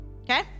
okay